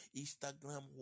Instagram